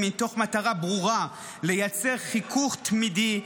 מתוך מטרה ברורה לייצר חיכוך תמידי,